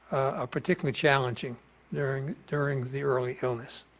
ah particularly challenging during during the early illness.